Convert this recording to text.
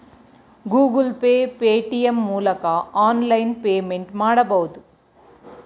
Google Pay, Paytm ಮೂಲಕ online payment ಮಾಡಬಹುದು